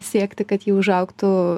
siekti kad ji užaugtų